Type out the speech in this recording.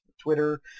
Twitter